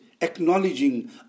acknowledging